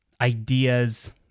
ideas